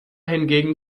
hingegen